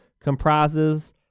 comprises